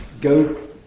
Go